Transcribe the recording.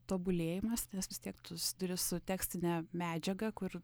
tobulėjimas nes vis tiek tu susiduri su tekstine medžiaga kur